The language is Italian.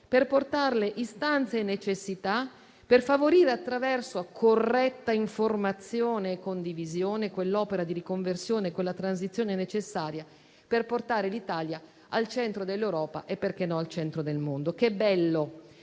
per portarle istanze e necessità, per favorire, attraverso corretta informazione e condivisione, quell'opera di riconversione e quella transizione necessaria per portare l'Italia al centro dell'Europa e - perché no?- al centro del mondo. Che bello